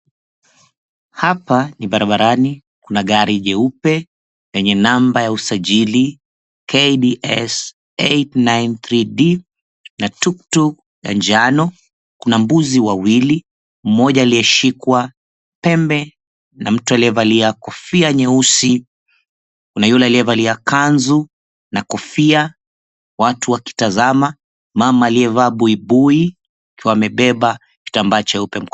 Hapa ni barabarani. Kuna gari jeupe yenye namba ya usajili KDS 893D, na tuktuk ya njano. Kuna mbuzi wawili, mmoja aliyeshikwa pembe na mtu aliyevalia kofia nyeusi, kuna yule aliyevalia kanzu na kofia, watu wakitazama, mama aliyevaa buibui akiwa amebeba kitambaa cheupe mkononi.